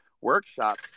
workshop